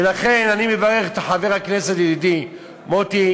ולכן אני מברך את חבר הכנסת ידידי מוטי,